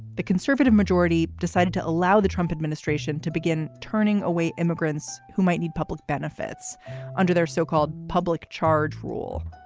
the conservative majority decided to allow the trump administration to begin turning away immigrants who might need public benefits under their so-called public charge rule.